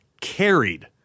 carried